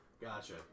Gotcha